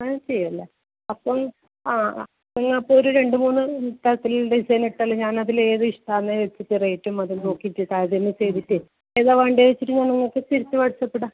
advance ചെയ്യുമല്ലോ അപ്പം ആ നിങ്ങൾ അപ്പം ഒരു രണ്ട് മൂന്ന് തരത്തിലുള്ള ഡിസൈൻ ഇട്ടാലും ഞാൻ അതിലേത് ഇഷ്ടമാണെന്ന് വച്ചിട്ട് റേറ്റും അതും നോക്കിയിട്ട് താരതമ്യം ചെയ്തിട്ട് ഏതാ വേണ്ടതെന്ന് വച്ചിട്ട് നിങ്ങൾക്ക് തിരിച്ച് വാട്സാപ്പിടാം